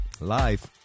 live